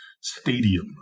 stadium